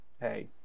hey